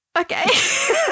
okay